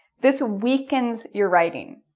this weakens your writing.